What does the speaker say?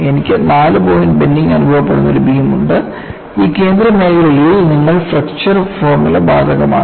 എനിക്ക് 4 point bending അനുഭവപ്പെടുന്ന ഒരു ബീം ഉണ്ട് ഈ കേന്ദ്ര മേഖലയിൽ നിങ്ങളുടെ ഫ്ലെക്ചർ ഫോർമുല ബാധകമാണ്